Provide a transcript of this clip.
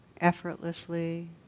effortlessly